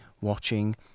watching